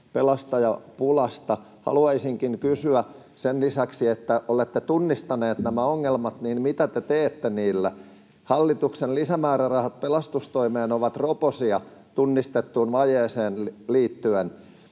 pelastajapulasta. Haluaisinkin kysyä: sen lisäksi, että olette tunnistanut nämä ongelmat, mitä te teette niille? Hallituksen lisämäärärahat pelastustoimeen ovat roposia tunnistettuun vajeeseen nähden.